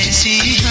c